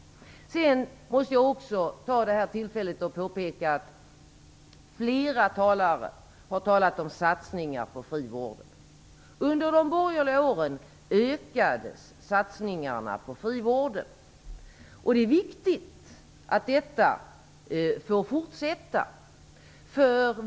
Sedan måste jag också ta detta tillfälle för att påpeka att flera talare har talat om satsningar på frivården. Under de borgerliga åren ökades satsningarna på frivården. Det är viktigt att detta får fortsätta.